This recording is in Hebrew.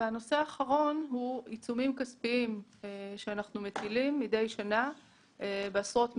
הנושא האחרון הוא עיצומים כספיים שאנחנו מטילים מידי שנה בעשרות מקרים.